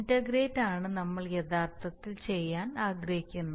integrate ആണ് നമ്മൾ യഥാർത്ഥത്തിൽ ചെയ്യാൻ ആഗ്രഹിക്കുന്നത്